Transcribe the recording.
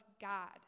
God